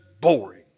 boring